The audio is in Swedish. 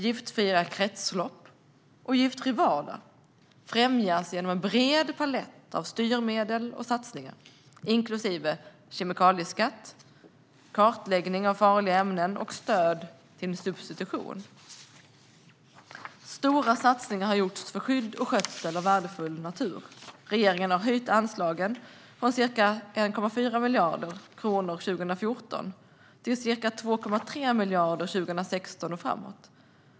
Giftfria kretslopp och en giftfri vardag främjas genom en bred palett av styrmedel och satsningar, inklusive kemikalieskatt, kartläggning av farliga ämnen och stöd till substitution. Stora satsningar har gjorts för skydd och skötsel av värdefull natur. Regeringen har höjt anslagen från ca 1,4 miljarder kronor under 2014 till ca 2,3 miljarder från 2016 och framåt.